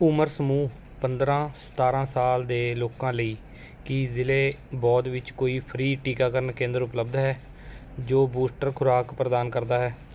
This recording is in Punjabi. ਉਮਰ ਸਮੂਹ ਪੰਦਰਾਂ ਸਤਾਰਾਂ ਸਾਲ ਦੇ ਲੋਕਾਂ ਲਈ ਕੀ ਜ਼ਿਲ੍ਹੇ ਬੌਧ ਵਿੱਚ ਕੋਈ ਫ੍ਰੀ ਟੀਕਾਕਰਨ ਕੇਂਦਰ ਉਪਲਬਧ ਹੈ ਜੋ ਬੂਸਟਰ ਖੁਰਾਕ ਪ੍ਰਦਾਨ ਕਰਦਾ ਹੈ